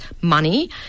money